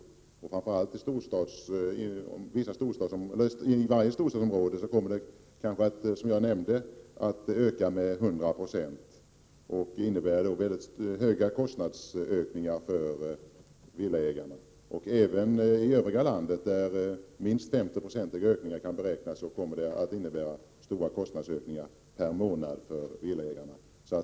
Som jag nämnde kommer värdena i storstadsområdena att öka med kanske 100 96, vilket innebär mycket stora kostnadsökningar för villaägarna. Även i övriga landet, där höjningarna kan beräknas till minst 50 96, kommer det att innebära stora kostnadsökningar per månad för villaägarna.